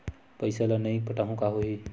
पईसा ल नई पटाहूँ का होही?